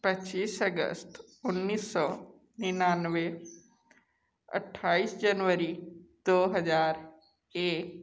पचीस अगस्त उन्नीस सौ निन्नानबे अट्ठाईस जनवरी दो हजार एक